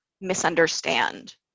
misunderstand